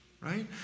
right